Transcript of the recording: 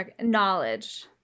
knowledge